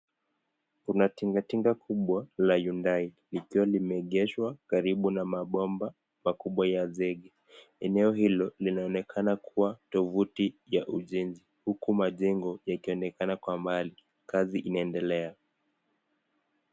Kuna tingatinga kubwa, la undai hapo limeengeshwa karibu na mabomba eneo hilo linaonekana kuwa tuvuti ya ujenzi, huku majengo yakionekana kwa umbali kazi inaendelea.